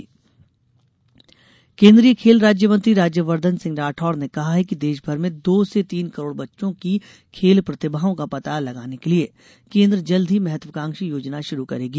युवा खेल केन्द्रीय खेल राज्य मंत्री राज्यवर्धन राठोर ने कहा है कि देशभर में दो से तीन करोड़ बच्चों की खेल प्रतिभाओं का पता लगाने के लिये केन्द्र जल्द ही महत्वाकांक्षी योजना शुरू करेगी